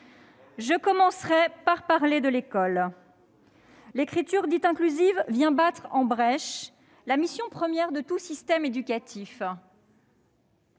Je commencerai par parler de l'école. L'écriture dite « inclusive » vient battre en brèche la mission première de tout système éducatif